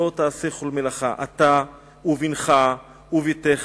לא תעשה כל מלאכה, אתה ובנך ובתך,